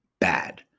Bad